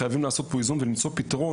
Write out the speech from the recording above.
חייבים לעשות פה איזון ולמצוא פתרון